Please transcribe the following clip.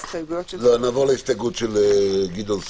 והיא חושבת שעוד ועוד סמכויות מהסוג הזה יקנו לה איזושהי יכולת פעולה.